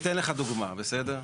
אני אתן לך דוגמא, בסדר?